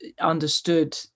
understood